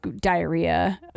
diarrhea